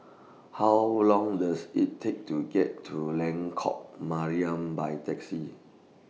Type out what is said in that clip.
How Long Does IT Take to get to Lengkok Mariam By Taxi